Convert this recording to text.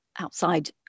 Outside